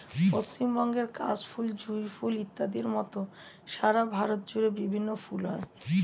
পশ্চিমবঙ্গের কাশ ফুল, জুঁই ফুল ইত্যাদির মত সারা ভারত জুড়ে বিভিন্ন ফুল হয়